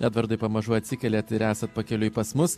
edvardai pamažu atsikeliat ir esat pakeliui pas mus